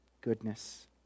goodness